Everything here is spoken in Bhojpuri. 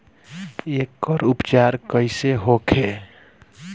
एकर उपचार कईसे होखे?